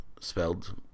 spelled